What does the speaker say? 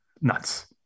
nuts